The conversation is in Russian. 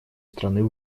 страны